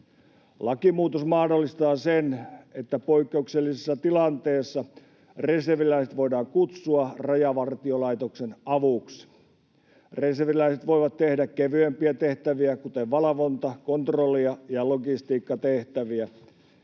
Lakimuutos mahdollistaa sen, että poikkeuksellisessa tilanteessa reserviläiset voidaan kutsua Rajavartiolaitoksen avuksi. Reserviläiset voivat tehdä kevyempiä tehtäviä, kuten valvonta-, kontrolli- ja logistiikkatehtäviä.